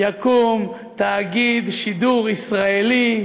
יקום תאגיד שידור ישראלי,